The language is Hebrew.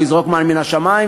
ויזרוק מן מהשמים,